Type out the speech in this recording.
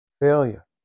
Failure